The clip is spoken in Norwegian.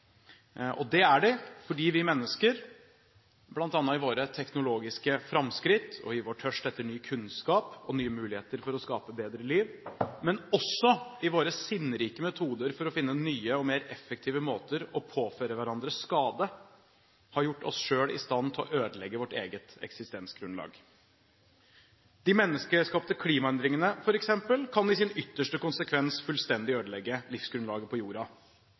spørsmål. Det er de fordi vi mennesker – bl.a. i våre teknologiske framskritt, i vår tørst etter ny kunnskap og nye muligheter for å skape bedre liv, men også i våre sinnrike metoder for å finne nye og mer effektive måter å påføre hverandre skade på – har gjort oss selv i stand til å ødelegge vårt eget eksistensgrunnlag. De menneskeskapte klimaendringene kan i sin ytterste konsekvens fullstendig ødelegge livsgrunnlaget på jorda.